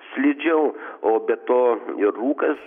slidžiau o be to ir rūkas